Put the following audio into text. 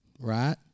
right